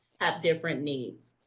have different needs.